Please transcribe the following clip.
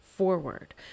Forward